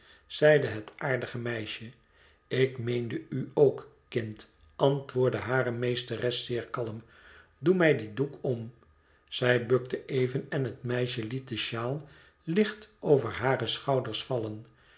zeide het aardige meisje ik meende u ook kind antwoordde hare meesteres zeer kalm doe mij dien doek om zij bukte even en het meisje liet den shawl licht op hare schouders vallen